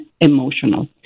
emotional